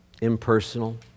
impersonal